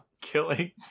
killing